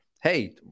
Hey